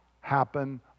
happen